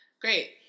Great